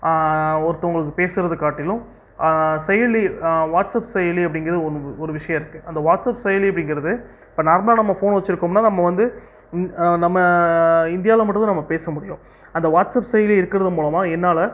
ஒருத்தவங்களுக்கு பேசுறத காட்டிலும் செயலி வாட்ஸ்அப் செயலி அப்படிங்கிறது ஒன்னு ஒரு விஷயம் இருக்கு அந்த வாட்ஸ்அப் செயலி அப்படிங்கிறது இப்ப நார்மலா நம்ம ஃபோன் வச்சிருக்கோம்னா நம்ம வந்து நம்ம இந்தியாவுல மட்டுந்தான் நம்ம பேச முடியும் அந்த வாட்ஸ்அப் செயலி இருக்கறதன் மூலமா என்னால